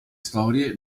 storie